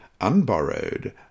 unborrowed